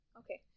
okay